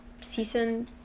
season